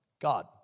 God